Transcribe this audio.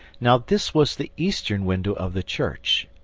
now this was the eastern window of the church,